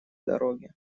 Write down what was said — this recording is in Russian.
дороге